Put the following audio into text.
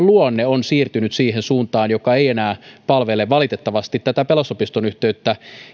luonne on siirtynyt siihen suuntaan joka ei valitettavasti enää palvele tätä pelastus opiston yhteyttä